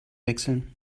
wechseln